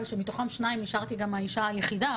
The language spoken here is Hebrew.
שמתוכם שניים נשארתי גם האישה היחידה,